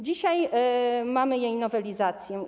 Dzisiaj mamy jej nowelizację.